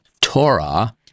Torah